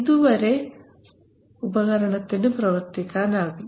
ഇതുവരെ ഉപകരണത്തിന് പ്രവർത്തിക്കാനാകും